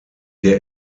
der